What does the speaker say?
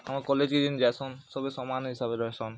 ଆମ କଲେଜ୍ କେ ଯେନ୍ ଯାଇସୁ ସଭିଏ ସମାନ୍ ହିସାବରେ ରହେସନ୍